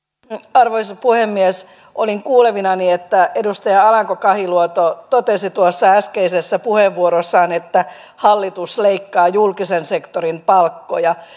arvoisa puhemies olin kuulevinani että edustaja alanko kahiluoto totesi äskeisessä puheenvuorossaan että hallitus leikkaa julkisen sektorin palkkoja